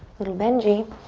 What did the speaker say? little benji.